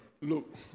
Look